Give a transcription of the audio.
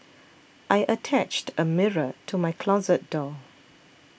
I attached a mirror to my closet door